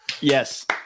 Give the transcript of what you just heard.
Yes